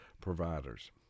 providers